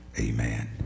Amen